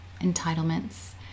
entitlements